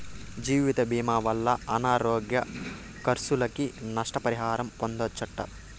జీవితభీమా వల్ల అనారోగ్య కర్సులకి, నష్ట పరిహారం పొందచ్చట